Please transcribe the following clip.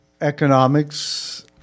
economics